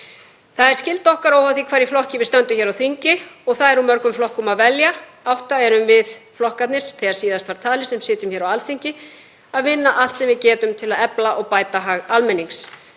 Það er skylda okkar óháð því hvar í flokki við stöndum hér á þingi, og það er úr mörgum flokkum að velja, átta eru flokkarnir þegar síðast var talið sem eru hér á Alþingi, að vinna allt sem við getum til að efla og bæta hag almennings,